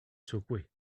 secoué